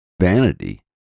vanity